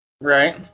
Right